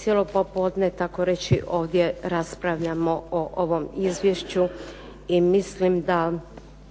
cijelo popodne takoreći ovdje raspravljamo o ovom izvješću i mislim da